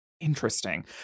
Interesting